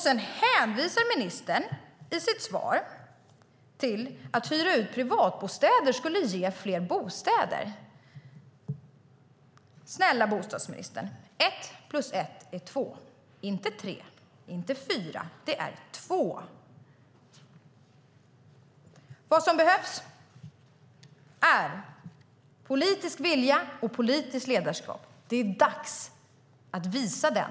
Sedan hänvisar ministern i sitt svar till att uthyrning av privatbostäder skulle ge fler bostäder. Snälla bostadsministern, ett plus ett är två, inte tre, inte fyra, utan det är två. Vad som behövs är politisk vilja och politiskt ledarskap. Det är dags att visa det.